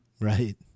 Right